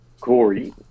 Corey